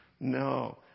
No